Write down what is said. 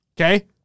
Okay